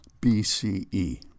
BCE